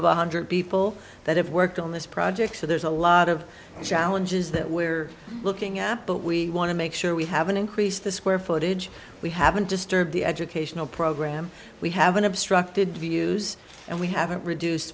of a hundred people that have worked on this project so there's a lot of challenges that we're looking at but we want to make sure we haven't increased the square footage we haven't disturbed the educational program we haven't obstructed views and we haven't reduced